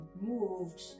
moved